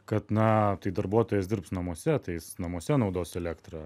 kad na tai darbuotojas dirbs namuose ta jis namuose naudos elektrą